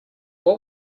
what